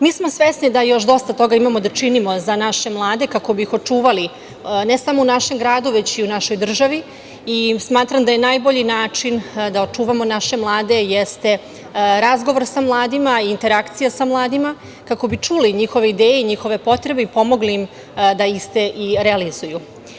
Mi smo svesni da još dosta toga imamo da činimo za naše mlade kako bi ih očuvali ne samo u našem gradu, već i u našoj državi i smatram da je najbolji način da očuvamo naše mlade razgovor sa mladima i interakcija sa mladima kako bi čuli njihove ideje i njihove potrebe i pomogli im da iste realizuju.